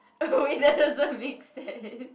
oh it doesn't make sense